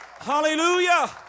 Hallelujah